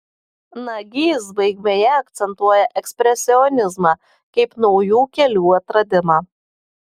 nagys baigmėje akcentuoja ekspresionizmą kaip naujų kelių atradimą